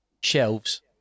Shelves